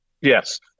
yes